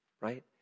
right